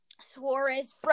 Suarez